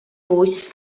puisis